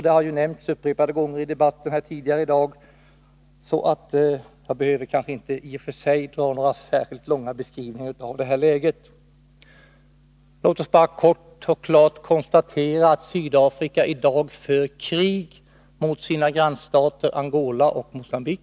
Det har nämnts upprepade gånger i debatten tidigare i dag, så jag behöver kanske inte göra några särskilt långa beskrivningar av läget. Låt oss bara kort och klart konstatera att Sydafrika i dag för krig mot sina grannstater Angola och Mocambique.